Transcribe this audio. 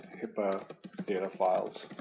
hipaa data files.